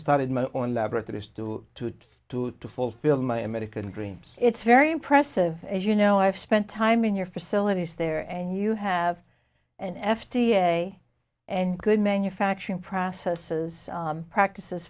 started my own laboratories to to to to fulfill my american dream it's very impressive as you know i've spent time in your facilities there and you have an f d a and good manufacturing processes practices